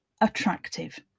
attractive